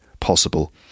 possible